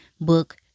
book